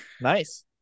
Nice